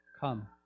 Come